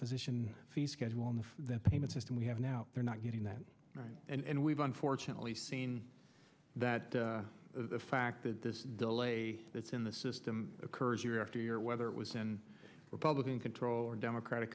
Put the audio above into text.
physician fee schedule and the payment system we have now they're not getting that right and we've unfortunately seen that the fact that this that's in the system occurs year after year whether it was in republican control or democratic